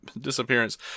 disappearance